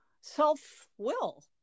self-will